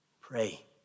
pray